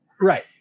Right